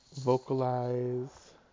vocalize